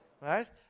Right